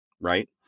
right